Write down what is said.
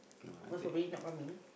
most probably not coming